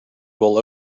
will